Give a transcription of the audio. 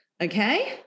Okay